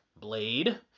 Blade